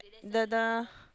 the the